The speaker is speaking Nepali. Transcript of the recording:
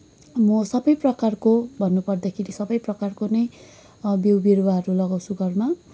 म सबै प्रकारको भन्नुपर्दाखेरि सबै प्रकारको नै बिउ बिरुवाहरू लगाउँछु घरमा